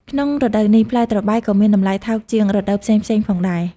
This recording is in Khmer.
ក្នុងរដូវនេះ ផ្លែត្របែកក៏មានតម្លៃថោកជាងរដូវផ្សេងៗផងដែរ។